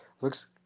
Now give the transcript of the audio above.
looks